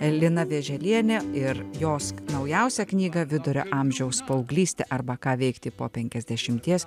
lina vėželienė ir jos naujausią knygą vidurio amžiaus paauglystė arba ką veikti po penkiadešimties